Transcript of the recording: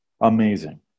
Amazing